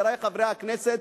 חברי חברי הכנסת,